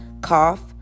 cough